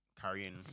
carrying